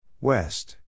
West